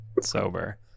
sober